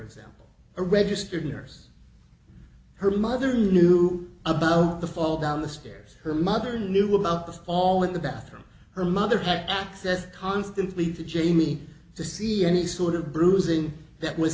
example a registered nurse her mother knew about the fall down the stairs her mother knew about them all in the death of her mother packed that constantly for jamie to see any sort of bruising that was